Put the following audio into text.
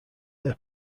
their